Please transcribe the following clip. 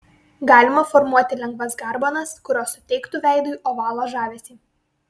galima formuoti lengvas garbanas kurios suteiktų veidui ovalo žavesį